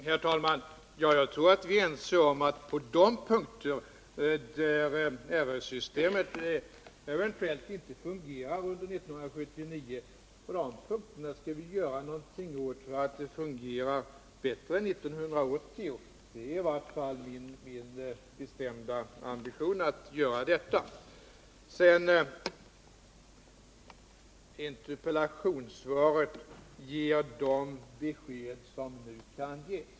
Herr talman! Jag tror vi är ense om att vi skall göra någonting åt de punkter där RS-systemet eventuellt inte fungerat under 1979 så att det kommer att fungera bättre under 1980. Det är i vart fall min bestämda ambition att göra detta. I interpellationssvaret ger jag de besked som nu kan ges.